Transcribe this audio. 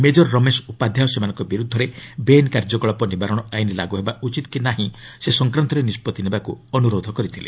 maker Ramesh Upadhyay ସେମାନଙ୍କ ବିରୁଦ୍ଧରେ ବେଆଇନ କାର୍ଯ୍ୟକଳାପ ନିବାରଣ ଆଇନ ଲାଗୁ ହେବା ଉଚିତ କି ନାହିଁ ସେ ସଂକ୍ରାନ୍ତରେ ନିଷ୍କଭି ନେବାକୁ ଅନୁରୋଧ କରିଥିଲେ